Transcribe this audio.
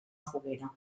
foguera